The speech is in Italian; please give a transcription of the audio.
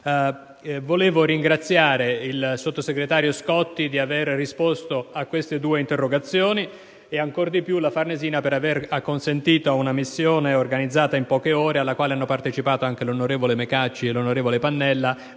Volevo ringraziare il sottosegretario Scotti per aver risposto a queste due interrogazioni, ma ancor di più la Farnesina per aver acconsentito ad una missione, organizzata in poche ore, alla quale hanno partecipato anche gli onorevoli Mecacci e Pannella,